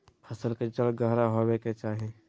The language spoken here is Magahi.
फसल के जड़ गहरा होबय के चाही